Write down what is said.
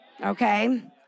okay